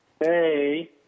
Hey